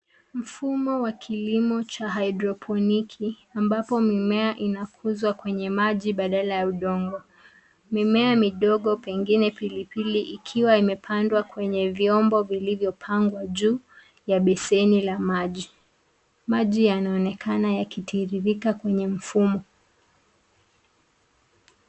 Mfumo wa kilimo cha hyrdroponiki ambapo mimea inakuzwa kwenye maji badala ya udongo. Mimea midogo pengine pilipili ikiwa imepandwa kwenye vyombo vilivyopangwa juu ya beseni la maji. Maji yanaonekana yakitiririka kwenye mfumo.